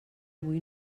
avui